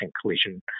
collision